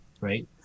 right